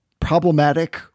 problematic